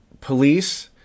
police